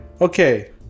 okay